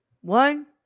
one